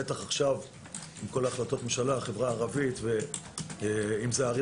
בטח עכשיו עם כל החלטות הממשלה בחברה הערבית בנושא הערים